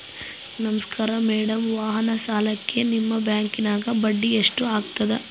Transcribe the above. ನಮಸ್ಕಾರ ಮೇಡಂ ವಾಹನ ಸಾಲಕ್ಕೆ ನಿಮ್ಮ ಬ್ಯಾಂಕಿನ್ಯಾಗ ಬಡ್ಡಿ ಎಷ್ಟು ಆಗ್ತದ?